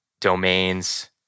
domains